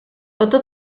tota